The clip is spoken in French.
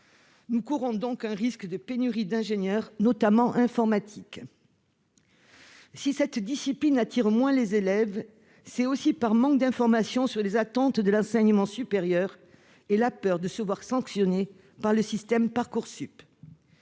Nous courons donc un risque de pénurie d'ingénieurs, notamment d'ingénieurs informatiques. Si cette discipline attire moins les élèves, c'est aussi par manque d'information sur les attentes de l'enseignement supérieur et par peur de se voir sanctionné par le système Parcoursup.